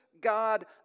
God